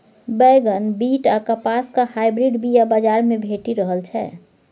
बैगन, बीट आ कपासक हाइब्रिड बीया बजार मे भेटि रहल छै